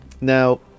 now